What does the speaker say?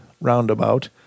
roundabout